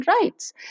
rights